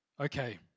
Okay